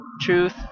truth